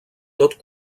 tot